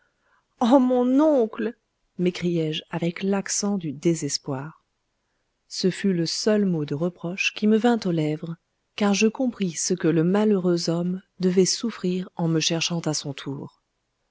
oh mon oncle m'écriai-je avec l'accent du désespoir ce fut le seul mot de reproche qui me vint aux lèvres car je compris ce que le malheureux homme devait souffrir en me cherchant à son tour